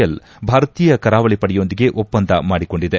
L ಭಾರತೀಯ ಕರಾವಳಿ ಪಡೆಯೊಂದಿಗೆ ಒಪ್ಪಂದ ಮಾಡಿಕೊಂಡಿದೆ